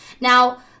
Now